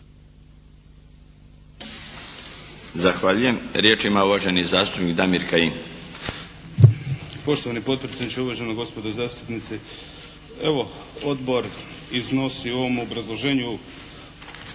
Zahvaljujem. Riječ ima uvaženi zastupnik Damir Kajin. **Kajin, Damir (IDS)** Poštovani potpredsjedniče, uvažena gospodo zastupnici. Evo odbor iznosi u ovom obrazloženju